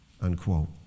Unquote